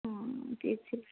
ହଁ କିଛି